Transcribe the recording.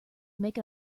make